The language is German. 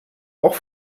auch